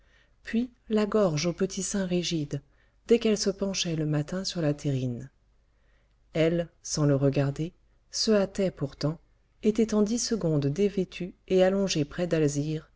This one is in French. puis la gorge aux petits seins rigides dès qu'elle se penchait le matin sur la terrine elle sans le regarder se hâtait pourtant était en dix secondes dévêtue et allongée près